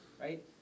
right